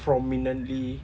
prominently